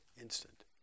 instant